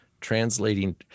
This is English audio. translating